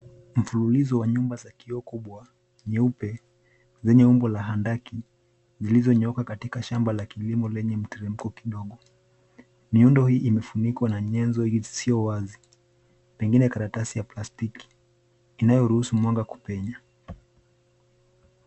Mfulilizo wa nyumba za kioo kubwa vyeupe lenye umbo la handaki zilizo nyooka katika shamba la kilimo lenye mteremko kidogo. Miundo hii imefunikwa na nyenzo zisio wazi pengine karatasi ya plastiki inayo ruhusu mwanga kupenya.